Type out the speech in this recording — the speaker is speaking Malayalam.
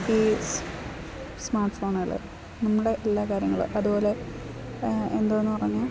ഈ സ് സ്മാർട്ട് ഫോണുകൾ നമ്മുടെ എല്ലാ കാര്യങ്ങൾ അതുപോലെ എന്തോന്ന് പറഞ്ഞാൽ